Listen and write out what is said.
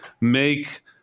make